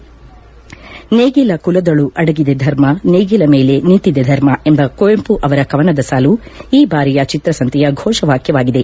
ನೇಗಿಲ ಕುಲದೊಳು ಅಡಗಿದೆ ಕರ್ಮ ನೇಗಿಲ ಮೇಲೆ ನಿಂತಿದೆ ಧರ್ಮ ಎಂಬ ಕುವೆಂಪು ಅವರ ಕವನದ ಸಾಲು ಈ ಬಾರಿಯ ಚಿತ್ರಸಂತೆಯ ಘೋಷವಾಕ್ಖವಾಗಿದೆ